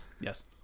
yes